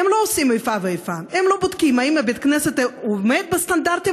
הם לא עושים איפה ואיפה: הם לא בודקים אם בית הכנסת עומד בסטנדרטים